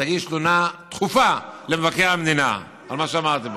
תגיש תלונה דחופה למבקר המדינה על מה שאמרתי פה.